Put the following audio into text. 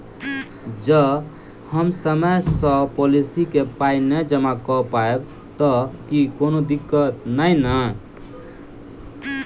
जँ हम समय सअ पोलिसी केँ पाई नै जमा कऽ पायब तऽ की कोनो दिक्कत नै नै?